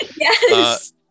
Yes